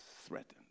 threatened